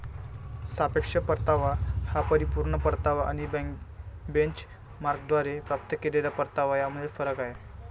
सापेक्ष परतावा हा परिपूर्ण परतावा आणि बेंचमार्कद्वारे प्राप्त केलेला परतावा यामधील फरक आहे